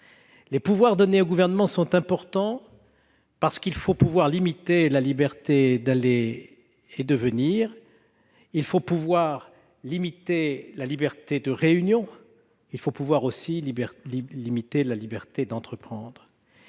Les pouvoirs donnés au Gouvernement sont importants, parce qu'il faut pouvoir limiter la liberté d'aller et venir. Il faut pouvoir limiter la liberté de réunion. Il faut pouvoir aussi limiter la liberté d'entreprendre.